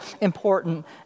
important